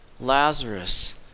Lazarus